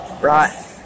right